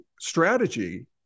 strategy